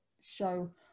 show